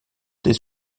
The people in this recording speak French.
des